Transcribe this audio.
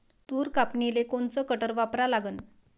तूर कापनीले कोनचं कटर वापरा लागन?